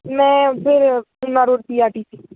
ਮੈਂ ਫਿਰ Khanna road P R T ਸੀ